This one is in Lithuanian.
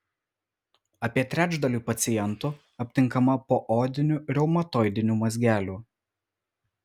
apie trečdaliui pacientų aptinkama poodinių reumatoidinių mazgelių